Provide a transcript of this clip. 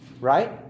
Right